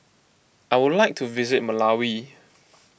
I would like to visit Malawi